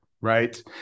right